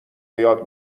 بیاد